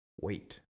wait